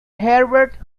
herbert